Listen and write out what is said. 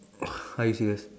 are you serious